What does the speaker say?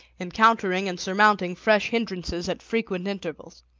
encountering and surmounting fresh hindrances at frequent intervals.